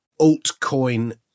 altcoin